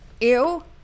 ew